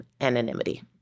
anonymity